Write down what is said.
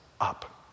up